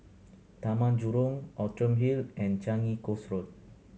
Taman Jurong Outram Hill and Changi Coast Road